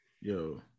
Yo